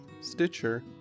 Stitcher